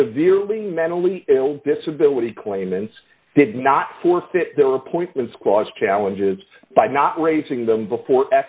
severely mentally ill disability claimants did not forfeit their appointments cause challenges by not raising them before